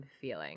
feeling